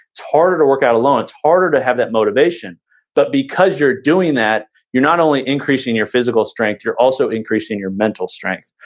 it's harder to work out alone, it's harder to have that motivation but because you're doing that, you're not only increasing your physical strength, you're also increasing your mental strength.